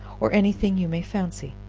or any thing you may fancy.